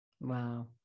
wow